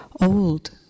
old